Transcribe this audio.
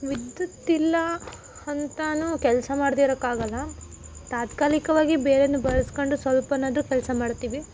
ವಿದ್ಯುತ್ ಇಲ್ಲ ಅಂತಾನು ಕೆಲಸ ಮಾಡದೇ ಇರೋಕ್ಕಾಗಲ್ಲ ತಾತ್ಕಾಲಿಕವಾಗಿ ಬೇರೆನೋ ಬಳಸಿಕೊಂಡು ಸ್ವಲ್ಪನಾದರೂ ಕೆಲಸ ಮಾಡ್ತೀವಿ